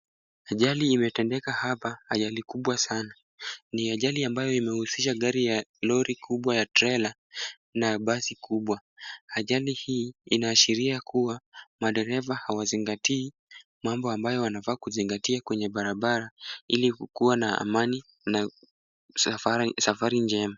Ajali imetendeka hapa, ajali kubwa sana. Ni ajali ambayo imehusisha gari ya lori kubwa ya trela na basi kubwa. Ajali hii inaashiria kuwa madereva hawazingatii mambo ambayo wanafaa kuzingatia kwenye barabara ili kukuwa na amani na safari njema.